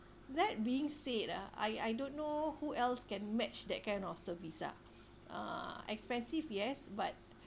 that being said ah I I don't know who else can match that kind of service ah uh expensive yes but